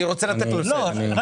שנייה, אני רוצה לשאול אותו משהו.